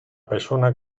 persona